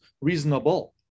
reasonable